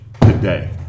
today